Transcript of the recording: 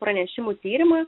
pranešimų tyrimą